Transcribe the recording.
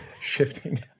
shifting